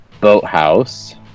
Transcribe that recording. boathouse